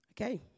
Okay